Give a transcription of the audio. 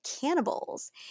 cannibals